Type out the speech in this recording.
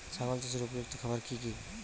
ছাগল চাষের উপযুক্ত খাবার কি কি?